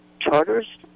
charters